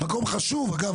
אגב,